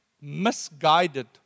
misguided